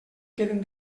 queden